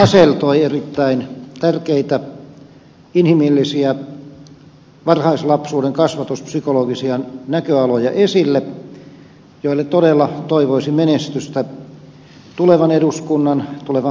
asell toi erittäin tärkeitä inhimillisiä varhaislapsuuden kasvatuspsykologisia näköaloja esille joille todella toivoisin menestystä tulevan eduskunnan tulevan hallituksen aikana